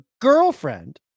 girlfriend